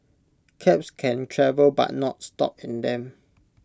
cabs can travel but not stop in them